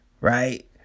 Right